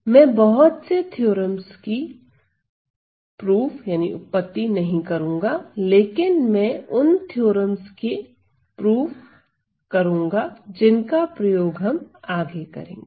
मैं बहुत से थ्योरम्स की उपपत्ति नहीं करूंगा लेकिन मैं उन थ्योरम्स की उपपत्ति करूंगा जिनका प्रयोग हम आगे करेंगे